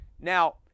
Now